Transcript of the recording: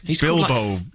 Bilbo